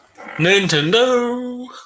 Nintendo